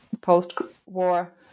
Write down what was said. post-war